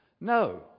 No